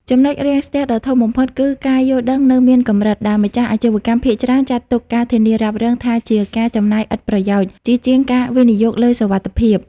ចំណុចរាំងស្ទះដ៏ធំបំផុតគឺ "ការយល់ដឹងនៅមានកម្រិត" ដែលម្ចាស់អាជីវកម្មភាគច្រើនចាត់ទុកការធានារ៉ាប់រងថាជាការចំណាយឥតប្រយោជន៍ ជាជាងការវិនិយោគលើសុវត្ថិភាព។